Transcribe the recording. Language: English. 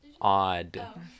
Odd